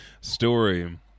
story